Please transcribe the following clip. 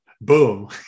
Boom